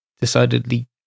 decidedly